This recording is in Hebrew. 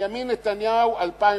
בנימין נתניהו 2005: